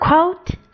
Quote